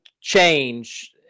change